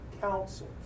counsel